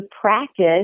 practice